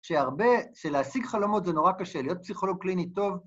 שהרבה של להשיג חלומות זה נורא קשה, להיות פסיכולוג קליני טוב...